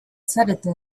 zarete